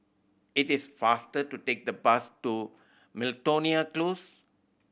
it is faster to take the bus to Miltonia Close